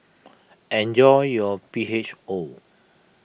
enjoy your P H O